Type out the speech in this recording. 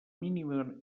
mínim